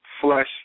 flesh